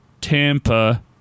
Tampa